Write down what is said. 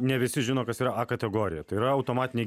ne visi žino kas yra a kategorija tai yra automatiniai